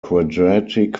quadratic